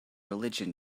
religion